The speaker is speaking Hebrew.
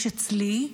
יש אצלי,